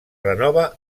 renova